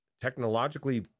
Technologically